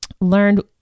learned